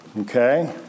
okay